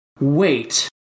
wait